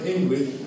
English